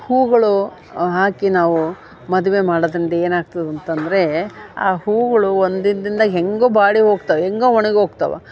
ಹೂಗಳು ಹಾಕಿ ನಾವು ಮದುವೆ ಮಾಡೊದರಿಂದ ಏನಾಗ್ತದಂತಂದರೆ ಆ ಹೂಗಳು ಒಂದಿಂದಿಂದ ಹೇಗೋ ಬಾಡಿ ಹೋಗ್ತವೆ ಹೇಗೋ ಒಣಗಿ ಹೋಗ್ತವೆ